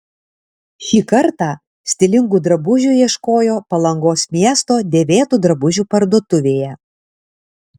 šį kartą stilingų drabužių ieškojo palangos miesto dėvėtų drabužių parduotuvėje